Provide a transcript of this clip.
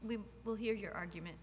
we will hear your argument